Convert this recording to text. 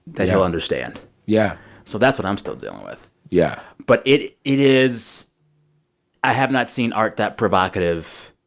that he'll understand yeah so that's what i'm still dealing with yeah but it it is i have not seen art that provocative